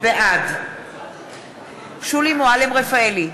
בעד שולי מועלם-רפאלי,